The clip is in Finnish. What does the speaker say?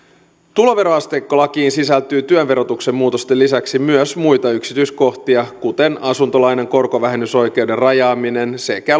tuloveroasteikkolakiin sisältyy työn verotuksen muutosten lisäksi myös muita yksityiskohtia kuten asuntolainan korkovähennysoikeuden rajaaminen sekä